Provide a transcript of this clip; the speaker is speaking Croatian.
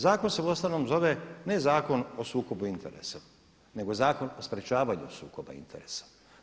Zakon se uostalom zove ne zakon o sukobu interesa, nego Zakon o sprječavanju sukoba interesa.